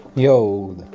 Yo